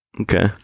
okay